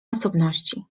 osobności